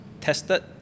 tested